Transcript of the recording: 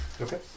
Okay